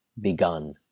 begun